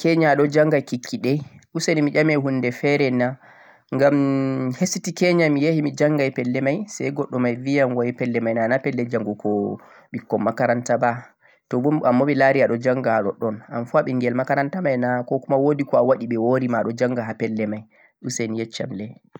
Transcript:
mi laari ma keenya aɗo jannga kikkiɗe, useni mi ƴame huunde feere na, ngam hessiti kenya mi yahi mi janngay pelle may say goɗɗo may bi yam way pelle may nana pelle janngugo ɓikkon 'makaranta' ba, to bo an bo mi laari aɗo jannga ha' ɗoɗɗon, anfu a ɓinngel 'makaranta' may na 'ko kuma' woodi ɓe hori ma a jannga ha' pelle may?, useni yecca le